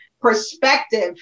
perspective